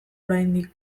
oraindik